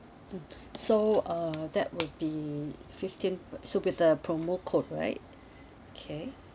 mmhmm so uh that will be fifteen pe~ so with the promo code right okay